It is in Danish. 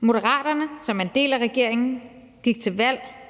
Moderaterne, som er en del af regeringen, gik til valg